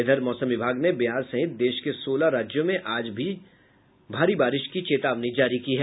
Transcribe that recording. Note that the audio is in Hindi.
इधर मौसम विभाग ने बिहार सहित देश के सोलह राज्यों में आज भी भारी बारिश की चेतावनी जारी की है